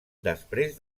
després